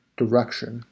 direction